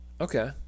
okay